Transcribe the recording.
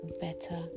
better